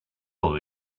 all